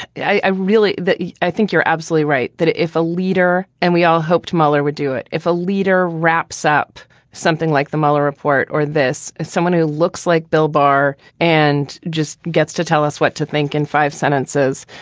i really i think you're absolutely right that if a leader and we all hoped mueller would do it, if a leader wraps up something like the mueller report or this is someone who looks like bill barr and just gets to tell us what to think in five sentences,